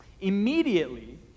Immediately